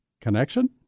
Connection